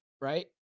right